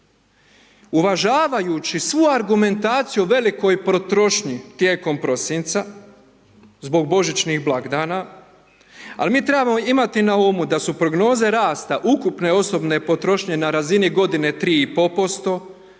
uvažavajući svu argumentaciju velikoj potrošnji tijekom prosinca zbog Božićnih blagdana. Al mi trebamo imati na umu da su prognoze rasta ukupne osobne potrošnje na razini godine 3,5%, a još